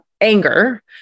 anger